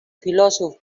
filòsof